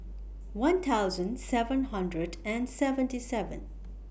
one thousand seven hundred and seventy seven